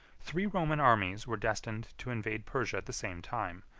three roman armies were destined to invade persia at the same time,